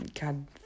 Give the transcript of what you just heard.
God